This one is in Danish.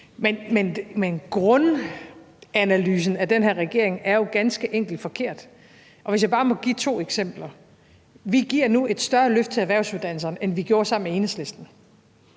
Men grundanalysen af den her regering er jo ganske enkelt forkert. Hvis jeg bare må give to eksempler på det. Vi giver nu et større løft til erhvervsuddannelserne, end vi gjorde sammen med Enhedslisten.